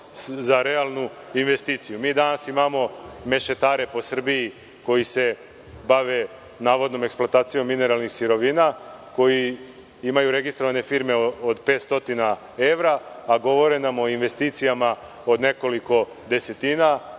za realnu investiciju. Mi danas imamo mešetare po Srbiji koji se bave navodnom eksploatacijom mineralnih sirovina koji imaju registrovane firme od pet stotine evra, a govore nam o investicijama od nekoliko desetina